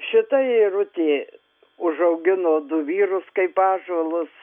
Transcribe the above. šita irutė užaugino du vyrus kaip ąžuolus